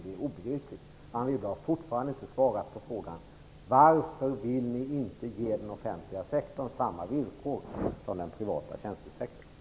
Det är obegripligt. Anne Wibble har fortfarande inte svarat på frågan: Varför vill ni inte ge den offentliga sektorn samma villkor som den privata tjänstesektorn?